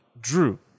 Drew